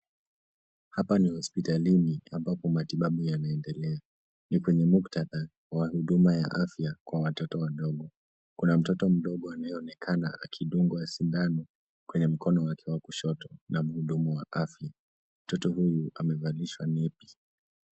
Hapa ni hospitalini ambapo matibabu yanaendelea. Ni kwenye muktadha wa huduma ya afya kwa watoto wadogo. Kuna mtoto mdogo anayeonekana akidungwa sindano kwenye mkono wake wa kushoto na mhudumu wa afya. Mtoto huyu amevalishwa nepi.